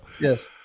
Yes